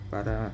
Para